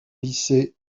lycée